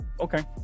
Okay